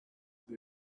that